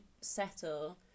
settle